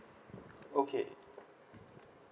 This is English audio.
okay